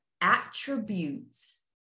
attributes